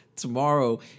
tomorrow